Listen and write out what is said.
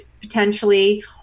potentially